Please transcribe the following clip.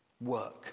work